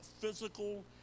physical